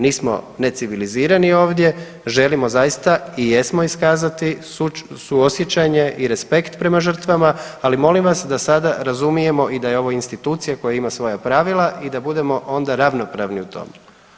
Nismo ne civilizirani ovdje, želimo zaista i jesmo iskazati suosjećanje i respekt prema žrtvama, ali molim vas da sada razumijemo i da je ovo institucija koja ima svoja pravila i da budemo onda ravnopravni u tome.